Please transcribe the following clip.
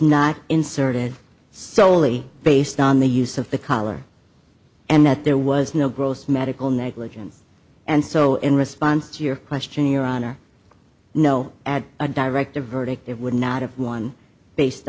not inserted solely based on the use of the collar and that there was no gross medical negligence and so in response to your question your honor no a directed verdict it would not have one based